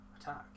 attack